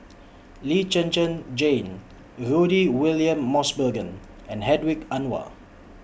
Lee Zhen Zhen Jane Rudy William Mosbergen and Hedwig Anuar